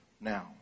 now